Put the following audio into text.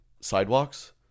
sidewalks